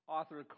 Author